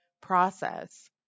process